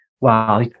wow